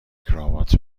کراوات